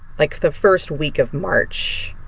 like, the first week of march,